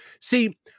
See